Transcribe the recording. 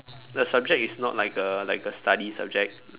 the subject is not like a like a study subject